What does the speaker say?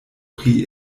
pri